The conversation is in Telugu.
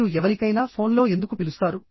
మీరు ఎవరికైనా ఫోన్లో ఎందుకు పిలుస్తారు